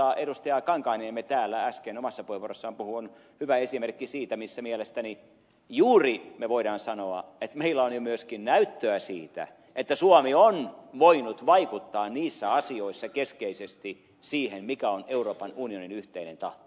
kankaanniemi täällä äsken omassa puheenvuorossaan puhui ovat hyvä esimerkki siitä missä mielestäni juuri me voimme sanoa että meillä on myöskin jo näyttöä siitä että suomi on voinut vaikuttaa niissä asioissa keskeisesti siihen mikä on euroopan unionin yhteinen tahto